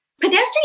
Pedestrian